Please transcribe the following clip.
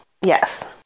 Yes